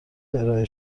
ارائه